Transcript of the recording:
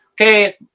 okay